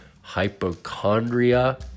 hypochondria